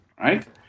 Right